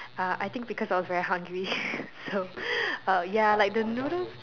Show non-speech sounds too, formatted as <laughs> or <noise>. uh I think because I was very hungry <laughs> so <laughs> ya the noodles